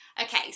Okay